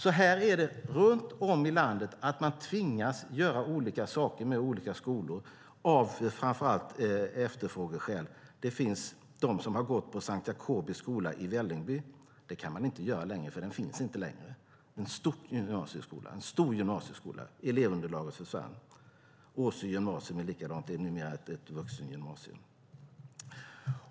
Så är det runt om i landet: Man tvingas göra olika saker med olika skolor av framför allt efterfrågeskäl. Det finns de som har gått på Sankt Jacobi skola i Vällingby. Det kan man inte göra längre, för den finns inte längre. Det var en stor gymnasieskola, och elevunderlaget försvann. Åsö gymnasium är det likadant med; det är numera ett vuxengymnasium.